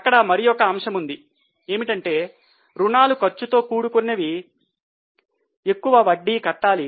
అక్కడ మరియొక అంశముంది ఏమిటంటే రుణాలు ఖర్చుతో కూడుకున్నవి ఎక్కువ వడ్డీ కట్టాలి